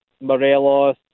Morelos